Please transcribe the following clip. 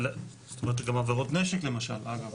גם עבירות נשק, למשל.